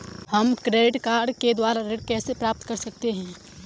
हम credit card के द्वारा ऋण कैसे प्राप्त कर सकते हैं?